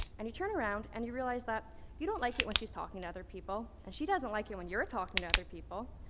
and you turn around and you realize that you don't like it when she's talking to other people, and she doesn't like it when you're talking to other people.